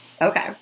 Okay